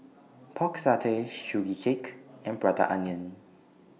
Pork Satay Sugee Cake and Prata Onion